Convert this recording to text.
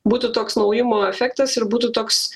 būtų toks naujumo efektas ir būtų toks